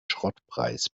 schrottpreis